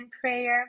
prayer